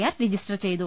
R register ചെയ്തു